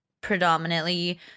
predominantly